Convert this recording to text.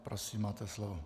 Prosím, máte slovo.